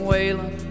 Waylon